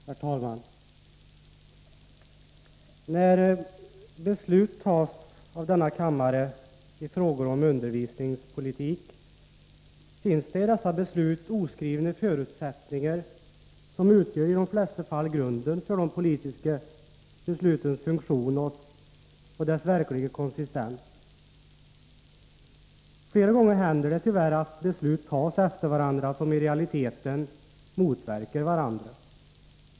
Herr talman! När beslut tas av denna kammare i frågor om undervisningspolitik finns det i dessa beslut oskrivna förutsättningar som i de flesta fall utgör grunden för de politiska beslutens funktion och verkliga konsistens. Det händer tyvärr att beslut tas efter varandra som i realiteten motverkar varandra.